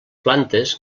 plantes